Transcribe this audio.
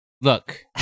Look